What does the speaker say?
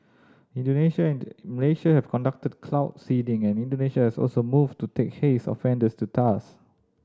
Indonesia and Malaysia have conducted cloud seeding and Indonesia has also moved to take haze offenders to task